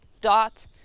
dot